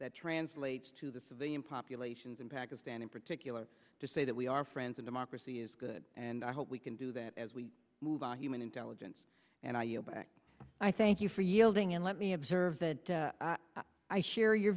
that translates to the civilian populations in pakistan in particular to say that we are friends of democracy is good and i hope we can do that as we move on human intelligence and i thank you for yielding and let me observe that i share your